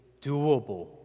doable